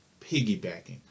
piggybacking